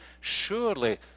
surely